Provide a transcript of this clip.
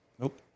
Nope